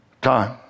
time